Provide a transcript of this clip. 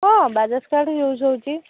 ହଁ Bajaj card use ହେଉଛି